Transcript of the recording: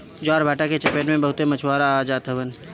ज्वारभाटा के चपेट में बहुते मछुआरा आ जात हवन